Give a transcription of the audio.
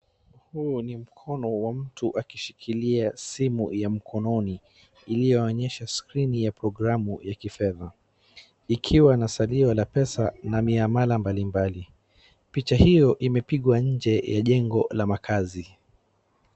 Huu ni mkono wa mtu akishikilia simu ya mkononi ilionyeshwa skrini ya programu ya kifedha. Ikiwa na salio la apesa na miamala mbalimbali. Picha hiyo imepigwa nje ya njego la makazi.